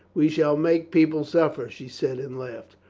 we shall make people suffer, she said and laughed.